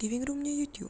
living room nya YouTube